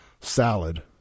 salad